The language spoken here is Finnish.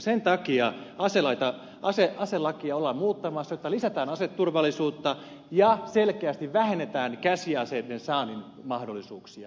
sen takia aselakia ollaan muuttamassa että lisätään aseturvallisuutta ja selkeästi vähennetään käsiaseiden saannin mahdollisuuksia